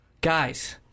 Guys